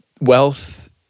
Wealth